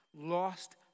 lost